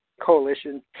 coalition